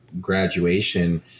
graduation